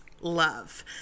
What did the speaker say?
love